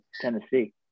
Tennessee